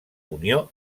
unió